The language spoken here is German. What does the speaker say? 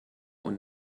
und